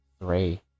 Three